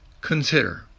consider